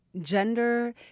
gender